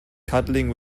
cuddling